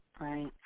right